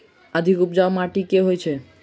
अधिक उपजाउ माटि केँ होइ छै?